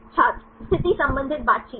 छात्र स्थिति संबंधी बातचीत